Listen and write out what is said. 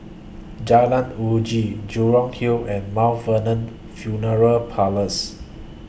Jalan Uji Jurong Hill and Mount Vernon Funeral Parlours